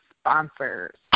sponsors